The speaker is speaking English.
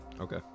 Okay